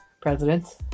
presidents